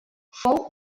fou